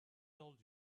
told